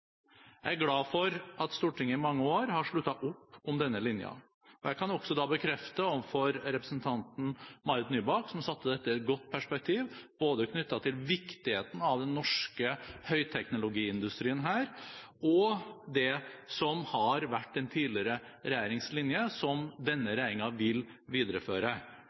Jeg er glad for at Stortinget i mange år har sluttet opp om denne linjen. Jeg kan også bekrefte overfor representanten Marit Nybakk, som satte dette i et godt perspektiv knyttet til både viktigheten av den norske høyteknologiindustrien her og det som har vært den tidligere regjerings linje, at denne regjeringen vil videreføre